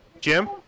Jim